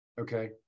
Okay